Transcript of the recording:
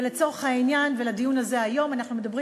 ולצורך העניין ולדיון הזה היום אנחנו מדברים